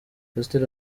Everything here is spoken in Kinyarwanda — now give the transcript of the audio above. pasiteri